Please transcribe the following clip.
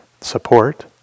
support